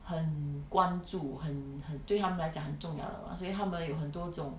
很关注很很对他们来讲很重要的嘛所以他们有很多种